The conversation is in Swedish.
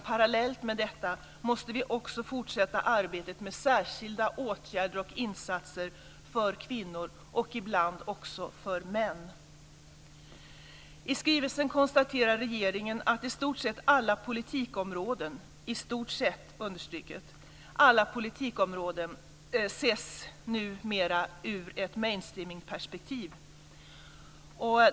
Parallellt måste vi också fortsätta arbetet med särskilda åtgärder och insatser för kvinnor, och ibland också för män. I skrivelsen konstaterar regeringen att i stort sett alla politikområden ses numera ur ett mainstreamingperspektiv.